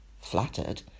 Flattered